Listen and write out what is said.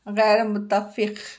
غیر متفق